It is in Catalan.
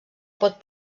pot